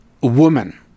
woman